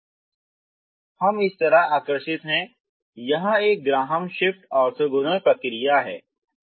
तो कि हम इस तरह आकर्षित हैं यह एक ग्राहम श्मिट ऑर्थोगोनल प्रक्रिया है